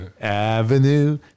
Avenue